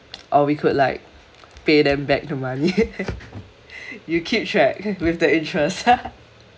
or we could like pay them back the money you keep track with the interest